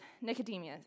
Nicodemus